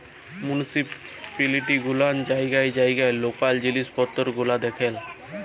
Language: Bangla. মুনিসিপিলিটি গুলান জায়গায় জায়গায় লকাল জিলিস পত্তর গুলান দেখেল